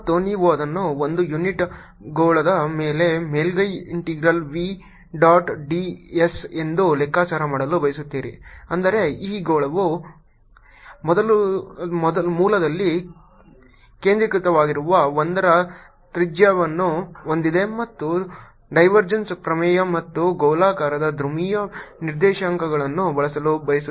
ಮತ್ತು ನೀವು ಅದನ್ನು ಒಂದು ಯುನಿಟ್ ಗೋಳದ ಮೇಲೆ ಮೇಲ್ಮೈ integral v dot d s ಎಂದು ಲೆಕ್ಕಾಚಾರ ಮಾಡಲು ಬಯಸುತ್ತೀರಿ ಅಂದರೆ ಈ ಗೋಳವು ಮೂಲದಲ್ಲಿ ಕೇಂದ್ರೀಕೃತವಾಗಿರುವ 1 ರ ತ್ರಿಜ್ಯವನ್ನು ಹೊಂದಿದೆ ಮತ್ತು ನಾವು ಡೈವರ್ಜೆನ್ಸ್ ಪ್ರಮೇಯ ಮತ್ತು ಗೋಲಾಕಾರದ ಧ್ರುವೀಯ ನಿರ್ದೇಶಾಂಕಗಳನ್ನು ಬಳಸಲು ಬಯಸುತ್ತೇವೆ